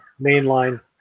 mainline